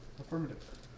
Affirmative